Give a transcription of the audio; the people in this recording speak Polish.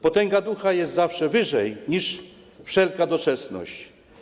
Potęga ducha jest zawsze wyżej niż wszelka doczesność.